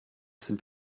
sind